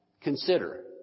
Consider